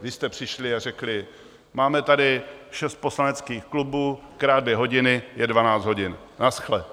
Vy jste přišli a řekli: Máme tady šest poslaneckých klubů, krát dvě hodiny je dvanáct hodin, nashle.